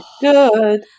good